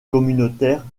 communautaire